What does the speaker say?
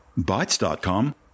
Bytes.com